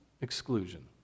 exclusion